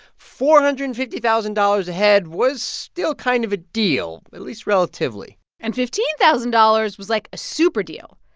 four hundred and fifty thousand dollars a head was still kind of a deal, at least relatively and fifteen thousand dollars was like a super-deal.